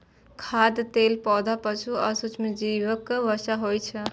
खाद्य तेल पौधा, पशु आ सूक्ष्मजीवक वसा होइ छै